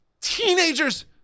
teenagers